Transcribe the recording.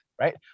right